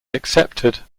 accepted